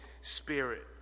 Spirit